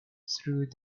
through